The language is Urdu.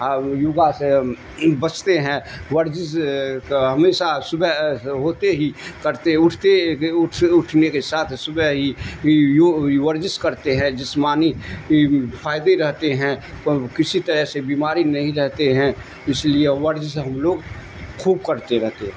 یوگا سے بچتے ہیں ورزش ہمیشہ صبح ہوتے ہی کرتے اٹھتےٹھ اٹھنے کے ساتھ صبح ہی ورزش کرتے ہیں جسمانی فائدے رہتے ہیں کسی طرح سے بیماری نہیں رہتے ہیں اس لیے ورزش ہم لوگ خوب کرتے رہتے